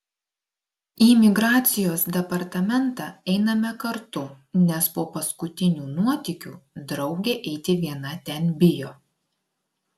į migracijos departamentą einame kartu nes po paskutinių nuotykių draugė eiti viena ten bijo